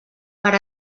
per